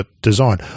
design